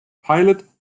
pilot